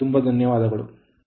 ತುಂಬಾ ಧನ್ಯವಾದಗಳು